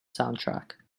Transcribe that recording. soundtrack